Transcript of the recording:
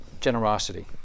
generosity